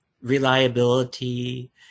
reliability